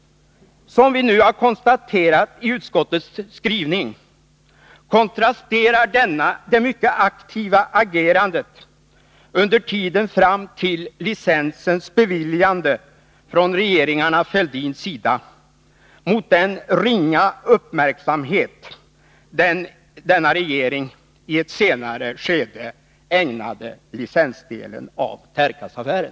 Som konstateras i utskottets skrivning kontrasterar det mycket aktiva agerandet från regeringarna Fälldins sida under tiden fram till dess att licensen beviljades mot den ringa uppmärksamhet regeringen i ett senare skede ägnade licensdelen i fråga om Tercasaffären.